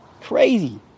Crazy